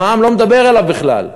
המע"מ לא מדבר אליו בכלל,